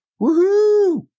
woohoo